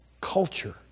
culture